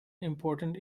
important